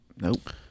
Nope